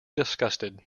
disgusted